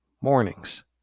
mornings